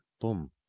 Boom